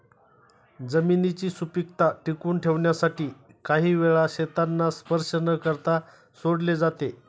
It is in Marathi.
जमिनीची सुपीकता टिकवून ठेवण्यासाठी काही वेळा शेतांना स्पर्श न करता सोडले जाते